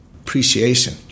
appreciation